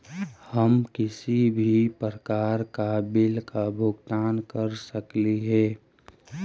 हम किसी भी प्रकार का बिल का भुगतान कर सकली हे?